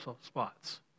spots